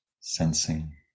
sensing